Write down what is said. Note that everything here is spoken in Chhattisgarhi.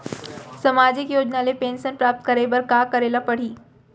सामाजिक योजना ले पेंशन प्राप्त करे बर का का करे ल पड़ही?